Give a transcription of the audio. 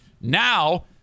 Now